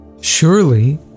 Surely